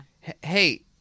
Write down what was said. Hey